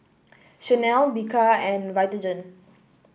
Chanel Bika and Vitagen